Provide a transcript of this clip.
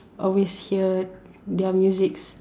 always hear their musics